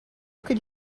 could